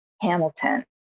Hamilton